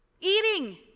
Eating